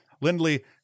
Lindley